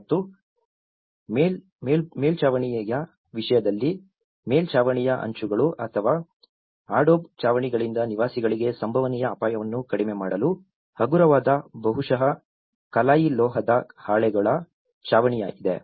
ಮತ್ತು ಮೇಲ್ಛಾವಣಿಯ ವಿಷಯದಲ್ಲಿ ಮೇಲ್ಛಾವಣಿಯ ಅಂಚುಗಳು ಅಥವಾ ಅಡೋಬ್ ಛಾವಣಿಗಳಿಂದ ನಿವಾಸಿಗಳಿಗೆ ಸಂಭವನೀಯ ಅಪಾಯವನ್ನು ಕಡಿಮೆ ಮಾಡಲು ಹಗುರವಾದ ಬಹುಶಃ ಕಲಾಯಿ ಲೋಹದ ಹಾಳೆಗಳ ಛಾವಣಿಯಿದೆ